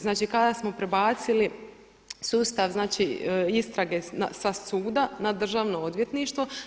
Znači, kada smo prebacili sustav istrage sa suda na Državno odvjetništvo.